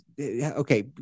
Okay